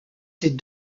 ses